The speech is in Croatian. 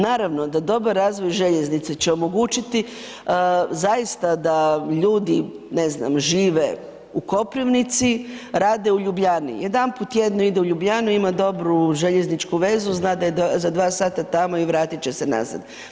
Naravno da dobar razvoj željeznice će omogućiti zaista da ljudi ne znam žive u Koprivnici, rade u Ljubljani, jedanput tjedno ima u Ljubljanu ima dobru željezničku vezu, zna da je za dva sata tamo i vratit će se nazad.